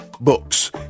Books